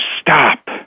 stop